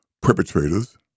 perpetrators